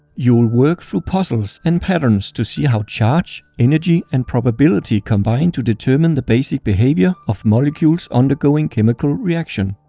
you'll work through puzzles and patterns to see how charge, energy, and probability combine to determine the basic behavior of molecules undergoing chemical reaction.